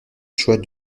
choix